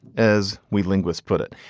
as we linguists put it.